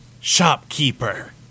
shopkeeper